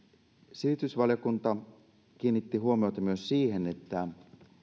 sivistysvaliokunta kiinnitti huomiota myös siihen että